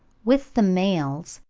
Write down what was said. with the males,